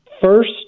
first